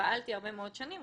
פעלתי הרבה מאוד שנים,